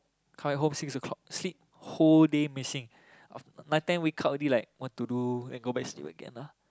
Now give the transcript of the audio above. come back home six O-clock sleep whole day missing night time wake up already like what to do then go back sleep again ah